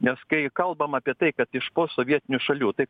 nes kai kalbam apie tai kad iš posovietinių šalių tai